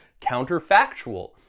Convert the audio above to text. counterfactual